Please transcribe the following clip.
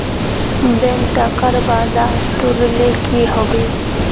bank टाकार वादा तोरले कि हबे